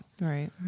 Right